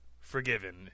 Forgiven